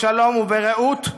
בשלום וברעות,